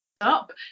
up